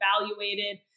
evaluated